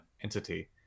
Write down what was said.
entity